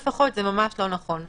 שמבחינתנו לפחות זה ממש לא נכון.